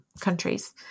countries